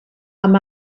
amb